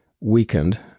weakened